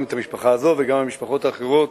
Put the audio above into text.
גם את המשפחה הזאת וגם את המשפחות האחרות,